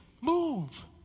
Move